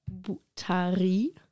Butari